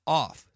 off